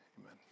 amen